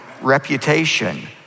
reputation